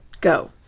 go